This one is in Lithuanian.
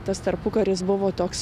tas tarpukaris buvo toks